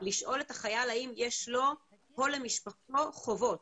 לשאול את החייל האם יש לו או למשפחתו חובות.